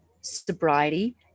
sobriety